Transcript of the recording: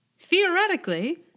Theoretically